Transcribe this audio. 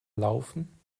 laufen